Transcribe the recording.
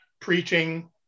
preaching